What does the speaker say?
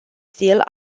still